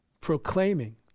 proclaiming